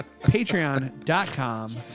Patreon.com